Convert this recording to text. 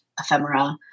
ephemera